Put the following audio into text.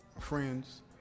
friends